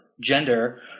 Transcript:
gender